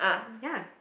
ya